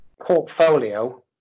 portfolio